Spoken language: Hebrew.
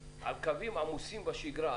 על קווים עמוסים בשגרה.